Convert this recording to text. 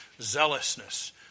zealousness